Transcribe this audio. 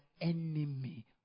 enemy